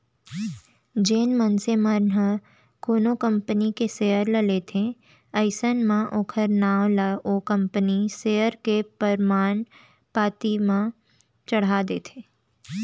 जेन मनसे ह कोनो कंपनी के सेयर ल लेथे अइसन म ओखर नांव ला ओ कंपनी सेयर के परमान पाती म चड़हा देथे